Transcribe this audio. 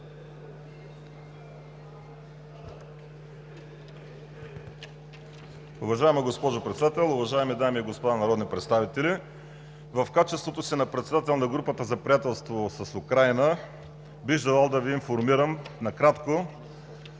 Уважаема госпожо Председател, уважаеми дами и господа народни представители! В качеството си на председател на Групата за приятелство с Украйна бих желал да Ви информирам накратко,